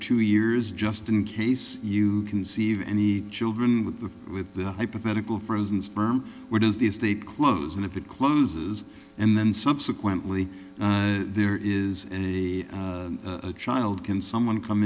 two years just in case you conceive any children with the with the hypothetical frozen sperm where does the estate close in if it closes and then subsequently there is a child can someone come